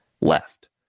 left